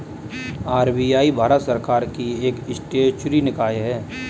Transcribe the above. RBI Bharat सरकार की एक स्टेचुअरी निकाय है